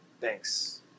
Thanks